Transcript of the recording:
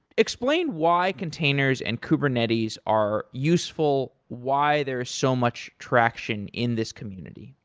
explain why containers and kubernetes are useful, why there is so much traction in this community.